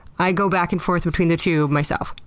i go back and forth between the two myself.